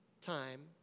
time